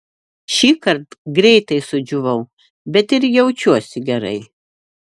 šįkart greitai sudžiūvau bet ir jaučiuosi gerai